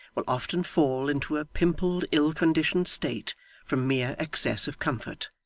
will often fall into a pimpled ill-conditioned state from mere excess of comfort,